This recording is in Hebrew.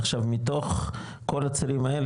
עכשיו מתוך כל הצירים האלה,